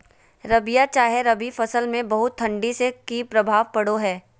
रबिया चाहे रवि फसल में बहुत ठंडी से की प्रभाव पड़ो है?